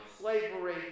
slavery